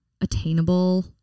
attainable